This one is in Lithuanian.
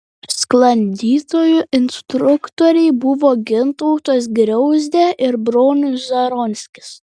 sklandytojų instruktoriai buvo gintautas griauzdė ir bronius zaronskis